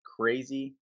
crazy